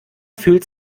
fühlt